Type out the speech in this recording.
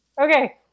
Okay